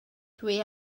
dwi